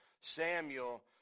Samuel